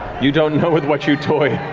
you don't know with what you toy.